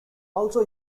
also